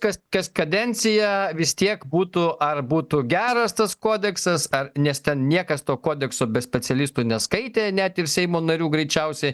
kas kas kadenciją vis tiek būtų ar būtų geras tas kodeksas ar nes ten niekas to kodekso be specialistų neskaitė net ir seimo narių greičiausiai